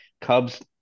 Cubs